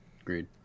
Agreed